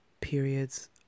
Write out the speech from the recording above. periods